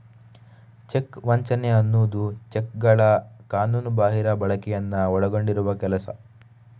check ವಂಚನೆ ಅನ್ನುದು ಚೆಕ್ಗಳ ಕಾನೂನುಬಾಹಿರ ಬಳಕೆಯನ್ನ ಒಳಗೊಂಡಿರುವ ಕೆಲಸ